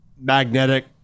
magnetic